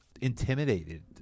intimidated